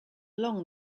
long